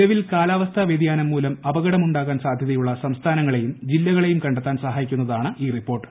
നിലവിൽ കാലാവസ്ഥാ വൃതിയാനം മൂലം അപകടം ഉണ്ടാകാൻ സാധ്യതയുള്ള സംസ്ഥാനങ്ങളെയും ജില്ലകളെയും കണ്ടെത്താൻ സഹായിക്കുന്നതാണ് ഈ റിപ്പോർട്ട്